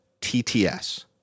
TTS